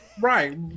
Right